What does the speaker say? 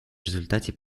результате